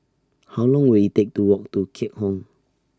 How Long Will IT Take to Walk to Keat Hong